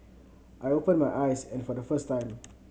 I open my eyes and for the first time